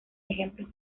ejemplos